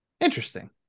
interesting